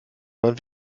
wann